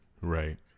right